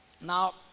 now